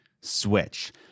Switch